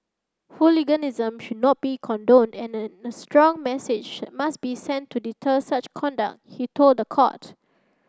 hooliganism should not be condoned and a a strong message must be sent to deter such conduct he told the court